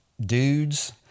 dudes